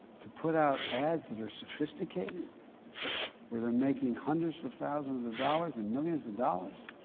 to put out ads that are sophisticated where they're making hundreds of thousands of dollars and millions of dollars